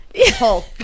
Hulk